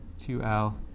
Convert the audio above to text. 2L